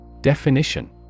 Definition